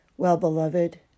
Well-beloved